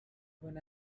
when